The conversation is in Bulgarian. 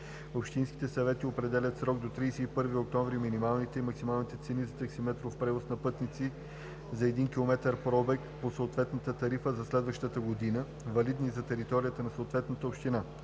Общинските съвети определят в срок до 31 октомври минимални и максимални цени за таксиметров превоз на пътници за един километър пробег по съответната тарифа за следващата година, валидни за територията на съответната община.